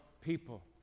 people